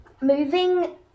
Moving